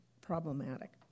problematic